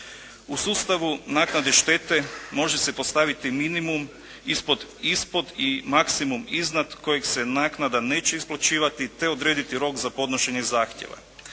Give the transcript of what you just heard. U sustavu naknade štete može se postaviti minimum ispod i maksimum iznad kojeg se naknada neće isplaćivati te odrediti rok za podnošenje zahtjeva.